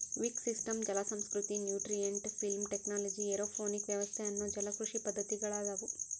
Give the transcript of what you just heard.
wick system ಜಲಸಂಸ್ಕೃತಿ, nutrient film technology, aeroponic ವ್ಯವಸ್ಥೆ ಅನ್ನೋ ಜಲಕೃಷಿ ಪದ್ದತಿಗಳದಾವು